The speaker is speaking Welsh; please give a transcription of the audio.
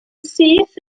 syth